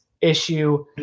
issue